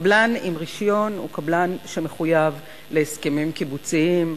קבלן עם רשיון הוא קבלן שמחויב להסכמים קיבוציים,